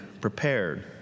prepared